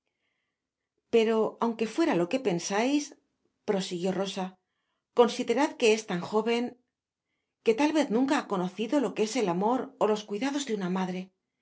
pero aun que fuera lo que pensais prosiguió llosa considerad que es tan joven qué tal vez nunca ha conocido lo que es el amor ó los cuidados de una madre